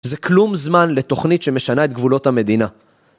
זה כלום זמן לתוכנית שמשנה את גבולות המדינה.